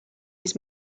his